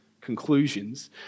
conclusions